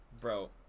bro